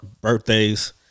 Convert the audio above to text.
birthdays